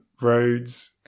roads